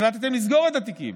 החלטתם לסגור את התיקים,